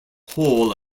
hall